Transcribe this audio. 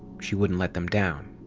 she wouldn't let them down.